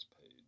page